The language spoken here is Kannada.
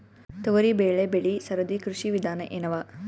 ತೊಗರಿಬೇಳೆ ಬೆಳಿ ಸರದಿ ಕೃಷಿ ವಿಧಾನ ಎನವ?